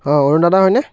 অঁ অৰুণ দাদা হয়নে